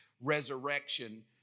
resurrection